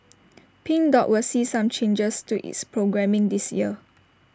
pink dot will see some changes to its programming this year